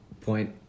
point